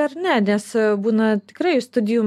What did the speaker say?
ar ne nes būna tikrai studijų